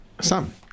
Sam